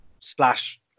splash